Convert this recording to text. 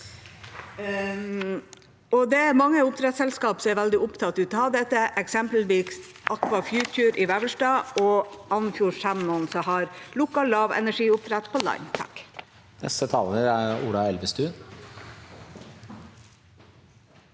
mange oppdrettsselskaper som er veldig opptatt av dette, eksempelvis AkvaFuture i Vevelstad og Andfjord Salmon, som har lukket lavenergioppdrett på land.